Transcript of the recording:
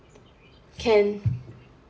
can